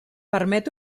permet